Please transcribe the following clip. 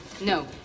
no